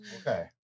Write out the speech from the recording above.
Okay